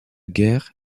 guerre